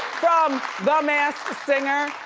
from the masked singer,